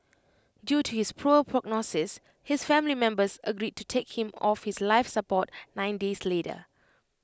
due to his poor prognosis his family members agreed to take him off life support nine days later